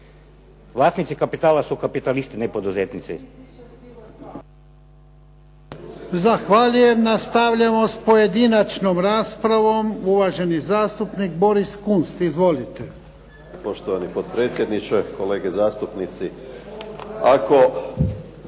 Vlasnici kapitala su kapitalisti, ne poduzetnici.